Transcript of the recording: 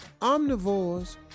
omnivores